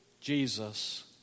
Jesus